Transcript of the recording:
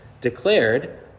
declared